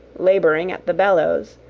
labouring at the bellows,